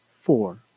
four